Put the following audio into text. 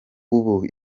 ubu